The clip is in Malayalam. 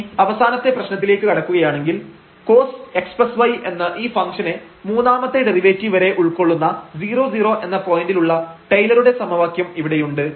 ഇനി അവസാനത്തെ പ്രശ്നത്തിലേക്ക് കടക്കുകയാണെങ്കിൽ cosxy എന്ന ഈ ഫംഗ്ഷനെ മൂന്നാമത്തെ ഡെറിവേറ്റീവ് വരെ ഉൾക്കൊള്ളുന്ന 00 എന്ന പോയന്റിൽ ഉള്ള ടൈലറുടെ സമവാക്യം ഇവിടെയുണ്ട്